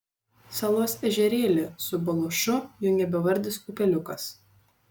salos ežerėlį su baluošu jungia bevardis upeliukas